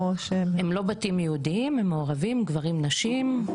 הם לא בתים ייעודיים, הם בתים מעורבים גברים נשים.